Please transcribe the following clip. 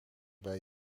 bij